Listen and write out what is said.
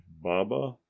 baba